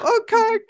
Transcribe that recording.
Okay